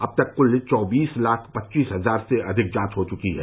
अब तक क्ल चौबीस लाख पच्चीस हजार से अधिक जांच हो चुकी हैं